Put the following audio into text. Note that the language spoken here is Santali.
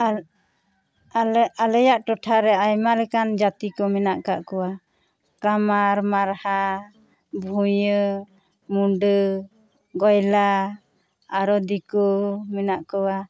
ᱟᱨ ᱟᱞᱮ ᱟᱞᱮᱭᱟᱜ ᱴᱚᱴᱷᱟ ᱨᱮ ᱟᱭᱢᱟ ᱞᱮᱠᱟᱱ ᱡᱟᱹᱛᱤ ᱠᱚ ᱢᱮᱱᱟᱜ ᱟᱠᱟᱫ ᱠᱟᱜ ᱠᱚᱣᱟ ᱠᱟᱢᱟᱨ ᱢᱟᱨᱦᱟ ᱵᱷᱩᱧᱟᱹ ᱢᱩᱱᱰᱟ ᱜᱚᱭᱞᱟ ᱟᱨᱚ ᱫᱤᱠᱩ ᱢᱮᱱᱟᱜ ᱠᱚᱣᱟ